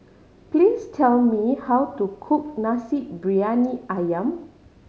please tell me how to cook Nasi Briyani Ayam